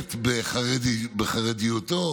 בולט בחרדיותו,